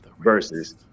versus